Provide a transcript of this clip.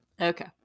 Okay